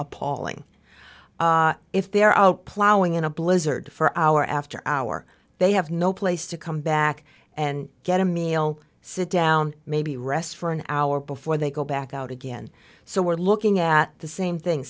appalling if they're out plowing in a blizzard for hour after hour they have no place to come back and get a meal sit down maybe rest for an hour before they go back out again so we're looking at the same thing